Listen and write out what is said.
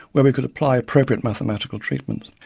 where we could apply appropriate mathematical treatments.